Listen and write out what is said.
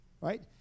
right